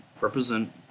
represent